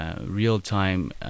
real-time